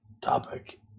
topic